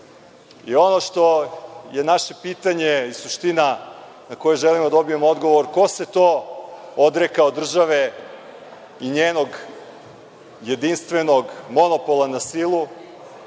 sile. Ono što je naše pitanje i suština na koje želimo da dobijemo odgovor, ko se to odrekao države i njenog jedinstvenog monopola na silu